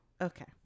Okay